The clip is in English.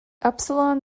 upsilon